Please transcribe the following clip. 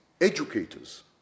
educators